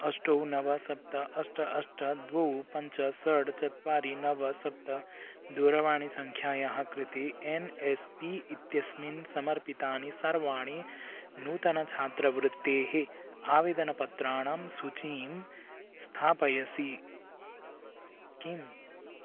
अष्ट नव सप्त अष्ट अष्ट द्वे पञ्च सड् चत्वारि नव सप्त दूरवाणीसङ्ख्यायाः कृते एन् एस् पी इत्यस्मिन् समर्पितानि सर्वाणि नूतनछात्रवृत्तेः आवेदनपत्राणां सूचीं स्थापयसि किम्